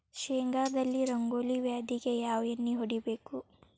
ಶೇಂಗಾದಲ್ಲಿ ರಂಗೋಲಿ ವ್ಯಾಧಿಗೆ ಯಾವ ಎಣ್ಣಿ ಹೊಡಿಬೇಕು?